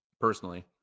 personally